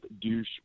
douche